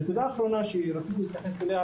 נקודה אחרונה שרציתי להתייחס אליה,